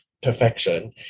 perfection